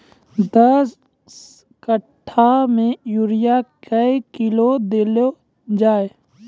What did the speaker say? दस कट्ठा मे यूरिया क्या किलो देलो जाय?